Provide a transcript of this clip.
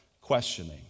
questioning